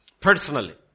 Personally